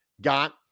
got